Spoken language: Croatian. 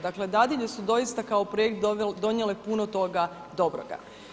Dakle, dadilje su doista kao projekt donijele puno toga dobroga.